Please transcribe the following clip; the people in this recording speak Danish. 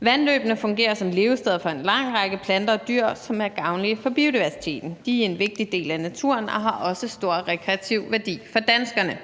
Vandløbene fungerer som levested for en lang række planter og dyr, som er gavnlige for biodiversiteten. De er en vigtig del af naturen og har også stor rekreativ værdi for danskerne.